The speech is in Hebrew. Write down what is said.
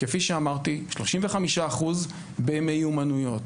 כפי שאמרתי, 35% במיומנויות,